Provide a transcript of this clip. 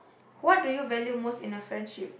what do you value most in a friendship